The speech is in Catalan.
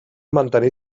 mantenir